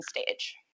stage